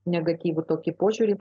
negatyvų tokį požiūrį